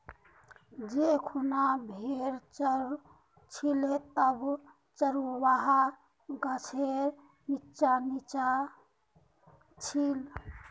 जै खूना भेड़ च र छिले तब चरवाहा गाछेर नीच्चा नीना छिले